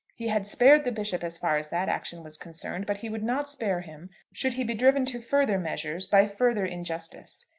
he had spared the bishop as far as that action was concerned, but he would not spare him should he be driven to further measures by further injustice.